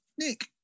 Nick